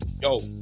yo